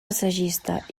assagista